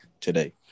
today